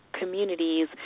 communities